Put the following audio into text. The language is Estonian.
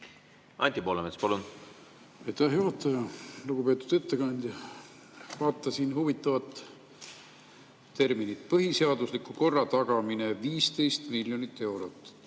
Anti Poolamets, palun! Aitäh, juhataja! Lugupeetud ettekandja! Vaatasin huvitavat terminit: põhiseadusliku korra tagamine, 15 miljonit eurot.